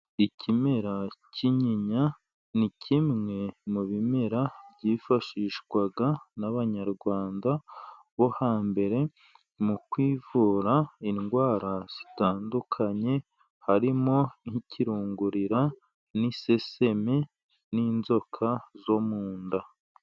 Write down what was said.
Ikimera cy'inyinya ni kimwe mu bimera byifashishwaga n'abanyarwanda bo hambere mu kwivura indwara zitandukanye, harimo: nk'ikirungurira, n'iseseme, n'inzoka zo mu nda.